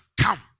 come